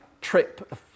trip